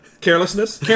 Carelessness